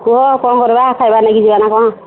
କୁହ କ'ଣ କରିବା ଖାଇବା ନେଇକି ଯିବା କ'ଣ